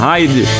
Hide